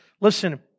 Listen